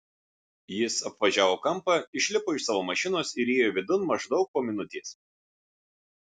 jis apvažiavo kampą išlipo iš savo mašinos ir įėjo vidun maždaug po minutės